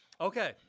Okay